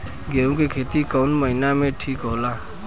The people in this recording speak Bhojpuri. गेहूं के खेती कौन महीना में ठीक होला?